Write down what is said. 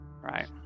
right